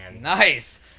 Nice